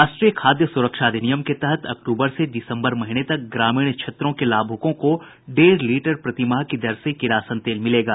राष्ट्रीय खाद्य सुरक्षा अधिनियम के तहत अक्टूबर से दिसंबर महीने तक ग्रामीण क्षेत्रों के लाभुकों को डेढ़ लीटर प्रतिमाह की दर से किरासन तेल मिलेगा